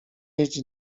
jeździ